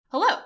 Hello